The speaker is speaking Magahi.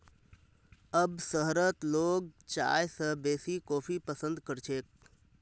अब शहरत लोग चाय स बेसी कॉफी पसंद कर छेक